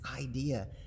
idea